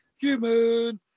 Human